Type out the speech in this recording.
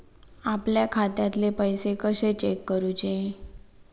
आपल्या खात्यातले पैसे कशे चेक करुचे?